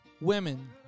women